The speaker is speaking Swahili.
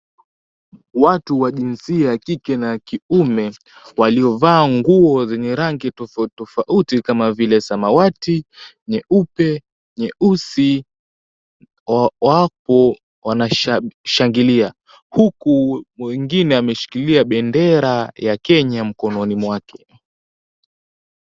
Watu wa jinsia ya kike na ya kiume waliovaa nguo zenye rangi tofauti tofauti. Kama vile samawati, nyeupe, nyeusi. Wapo wanashangilia. Huku mwingine ameshikilia bendera ya Kenya mkononi mwake.